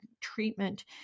treatment